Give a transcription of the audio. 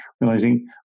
realizing